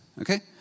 Okay